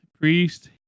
Priest